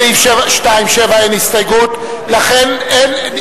40 בעד, 68 נגד, אין נמנעים.